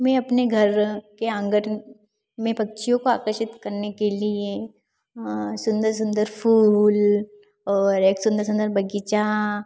मैं अपने घर के आँगन में पक्षियो को आकर्षित करने के लिए सुन्दर सुन्दर फूल और एक सुन्दर सुन्दर बगीचा